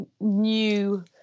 new